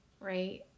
Right